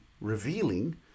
revealing